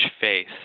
faith